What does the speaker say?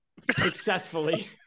successfully